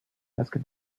asked